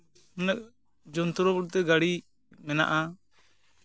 ᱩᱱᱟᱹᱜ ᱡᱚᱱᱛᱨᱚ ᱵᱚᱞᱛᱮ ᱜᱟᱹᱰᱤ ᱢᱮᱱᱟᱜᱼᱟ